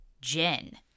Jen